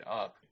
up